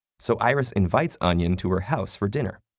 so, iris invites onion to her house for dinner.